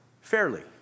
fairly